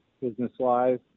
business-wise